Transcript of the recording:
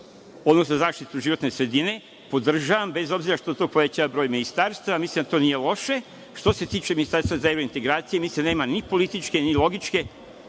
odnosno za zaštitu životne sredine, podržavam, bez obzira što to povećava broj ministarstava, mislim da to nije loše. Što se tiče ministarstva za evrointegracije, mislim da nema ni političke, ni logičke,